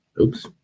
oops